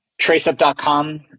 Traceup.com